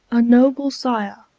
a noble sire,